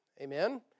Amen